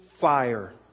fire